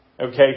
Okay